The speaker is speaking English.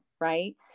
right